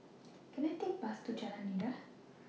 Can I Take A Bus to Jalan Nira